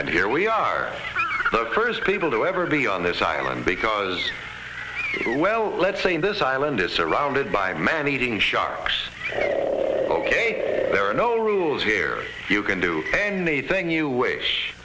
and here we are the first people to ever be on this island because well let's say this island is surrounded by man eating sharks ok there are no rules here you can do anything you wish